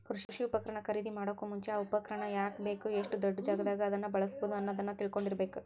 ಕೃಷಿ ಉಪಕರಣ ಖರೇದಿಮಾಡೋಕು ಮುಂಚೆ, ಆ ಉಪಕರಣ ಯಾಕ ಬೇಕು, ಎಷ್ಟು ದೊಡ್ಡಜಾಗಾದಾಗ ಅದನ್ನ ಬಳ್ಸಬೋದು ಅನ್ನೋದನ್ನ ತಿಳ್ಕೊಂಡಿರಬೇಕು